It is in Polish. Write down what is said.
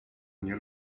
mnie